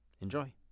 Enjoy